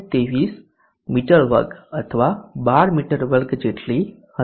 83 મી2 અથવા 12 મી2 જેટલી હશે